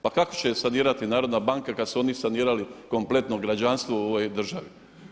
Pa kako će je sanirati narodna banka kada su oni sanirali kompletno građanstvo u ovoj državi?